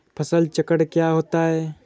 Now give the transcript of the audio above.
फसल चक्रण क्या होता है?